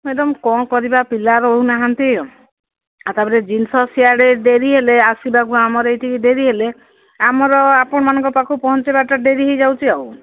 madam କ'ଣ କରିବା ପିଲା ରହୁନାହାନ୍ତି ଆଉ ତାପରେ ଜିନିଷ ସିଆଡ଼େ ଡେରି ହେଲେ ଆସିବାକୁ ଆମର ଏଠିକି ଡେରି ହେଲେ ଆମର ଆପଣମାନଙ୍କ ପାଖକୁ ପହଞ୍ଚିବାଟା ଡେରି ହୋଇଯାଉଛି ଆଉ